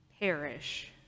perish